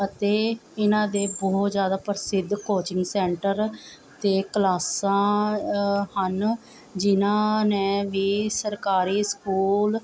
ਅਤੇ ਇਹਨਾਂ ਦੇ ਬਹੁਤ ਜਿਆਦਾ ਪ੍ਰਸਿੱਧ ਕੋਚਿੰਗ ਸੈਂਟਰ ਅਤੇ ਕਲਾਸਾਂ ਹਨ ਜਿਹਨਾਂ ਨੇ ਵੀ ਸਰਕਾਰੀ ਸਕੂਲ